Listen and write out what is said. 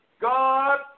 God